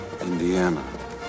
indiana